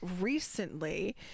recently